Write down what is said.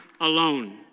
alone